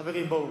חברים, בואו.